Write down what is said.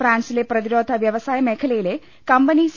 ഫ്രാൻസിലെ പ്രതിരോധ വൃവസായ മേഖലയിലെ കമ്പനി സി